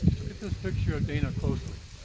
look at this picture of dana closely,